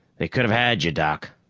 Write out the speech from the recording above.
they could have had you, doc.